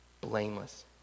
blameless